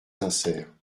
sincères